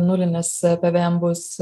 nulinis pvm bus